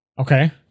okay